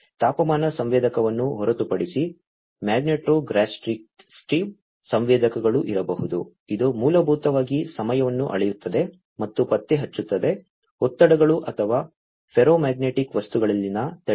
ತಾಪಮಾನ ಸಂವೇದಕವನ್ನು ಹೊರತುಪಡಿಸಿ ಮ್ಯಾಗ್ನೆಟೋಸ್ಟ್ರಿಕ್ಟಿವ್ ಸಂವೇದಕಗಳು ಇರಬಹುದು ಇದು ಮೂಲಭೂತವಾಗಿ ಸಮಯವನ್ನು ಅಳೆಯುತ್ತದೆ ಮತ್ತು ಪತ್ತೆಹಚ್ಚುತ್ತದೆ ಒತ್ತಡಗಳು ಅಥವಾ ಫೆರೋಮ್ಯಾಗ್ನೆಟಿಕ್ ವಸ್ತುಗಳಲ್ಲಿನ ತಳಿಗಳು